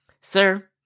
Sir